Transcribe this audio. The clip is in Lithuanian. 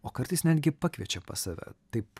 o kartais netgi pakviečiau pas save taip